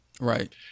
Right